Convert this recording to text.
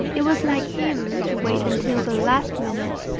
it was like him to wait until the last minute,